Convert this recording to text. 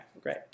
Great